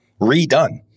redone